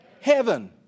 heaven